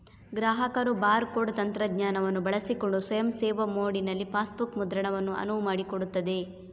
ಗ್ರಾಹಕರು bar code ತಂತ್ರಜ್ಞಾನವನ್ನು ಬಳಸಿಕೊಂಡು ಸ್ವಯಂ ಸೇವಾ ಮೋಡಿನಲ್ಲಿ ಪಾಸ್ಬುಕ್ ಮುದ್ರಣವನ್ನು ಅನುವು ಮಾಡಿಕೊಡುತ್ತದೆ